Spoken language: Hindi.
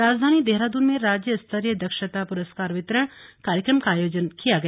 राजधानी देहरादून में राज्य स्तरीय दक्षता पुरस्कार वितरण कार्यक्रम आयोजित किया गया